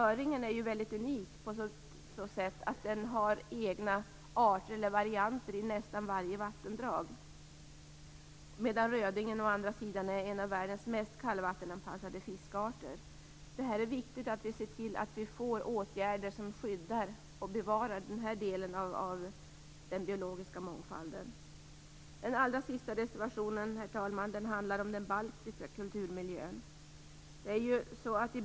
Öringen är väldigt unik på så sätt att den har egna varianter i nästan varje vattendrag, medan rödingen å andra sidan är en av världens mest kallvattenanpassade fiskarter. Det är viktigt att vi ser till att vi får åtgärder som skyddar och bevarar den här delen av den biologiska mångfalden. Fru talman! Den sista reservationen handlar om den baltiska kulturmiljön.